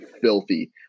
filthy